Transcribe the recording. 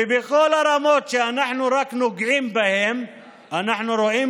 ובכל הרמות שאנחנו רק נוגעים בהן אנחנו רואים